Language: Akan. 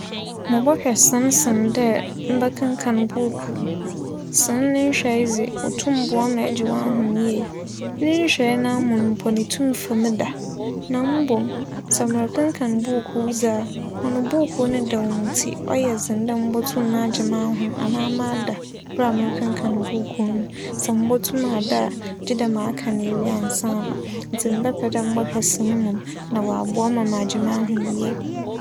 Mebɛpɛ sin sen dɛ mebɛkenkan buukuu. Sin ne nhwɛ dze, otum boa wo ma egye w'ahom yie. Ne nhwɛ noara mu no, itum fa mu da na mbom sɛ merekenkan buukuu dze a, ͻno buukuu no dɛw ntsi ͻyɛ dzen dɛ mobotum m'agye m'ahom anaa m'ada ber a merekankan buukuu no. Sɛ mobotum ada a, gyedɛ makenkan ewie ansaana. Ntsi mebɛpɛ dɛ mobͻhwɛ sin mbom na wͻabo me ma m'agye m'ahom yie.